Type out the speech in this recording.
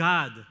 God